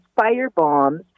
firebombs